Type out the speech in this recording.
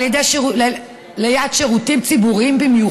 במיוחד ליד שירותים ציבוריים.